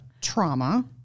trauma